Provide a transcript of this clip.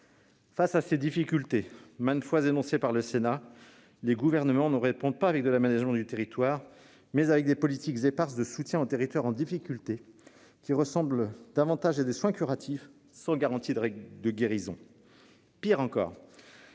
Face à ces difficultés, maintes fois énoncées par le Sénat, les gouvernements ont répondu, non par l'aménagement du territoire, mais avec des politiques éparses de soutien aux territoires en difficulté, qui ressemblent davantage à des soins curatifs, sans garantie de guérison. Pire encore,